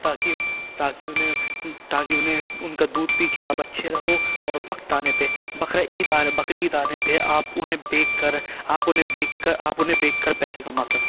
تاکہ تاکہ انہیں تاکہ انہیں ان کا دودھ پی کے آپ اچھے رہو اور وقت آنے پہ بقرعید آنے بقرید آنے پہ آپ انہیں بیچ کر آپ انہیں بیچ کر آپ انہیں بیچ کر پیسے کما سکو